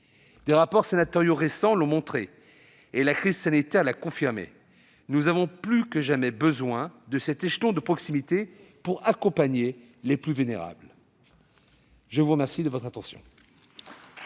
des rapports sénatoriaux récents l'ont montré et la crise sanitaire l'a confirmé, nous avons plus que jamais besoin de cet échelon de proximité pour accompagner les plus vulnérables. La parole est à M.